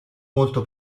molto